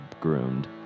groomed